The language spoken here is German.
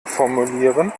formulieren